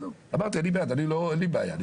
אמרתי, אני בעד, אין לי בעיה.